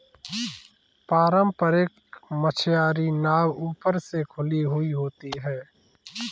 पारम्परिक मछियारी नाव ऊपर से खुली हुई होती हैं